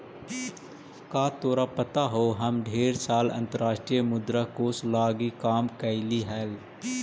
का तोरा पता हो हम ढेर साल अंतर्राष्ट्रीय मुद्रा कोश लागी काम कयलीअई हल